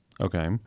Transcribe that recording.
okay